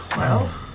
well,